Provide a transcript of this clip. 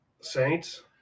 Saints